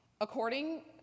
according